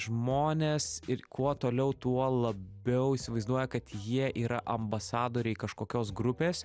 žmonės ir kuo toliau tuo labiau įsivaizduoja kad jie yra ambasadoriai kažkokios grupės